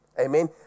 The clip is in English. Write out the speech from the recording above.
Amen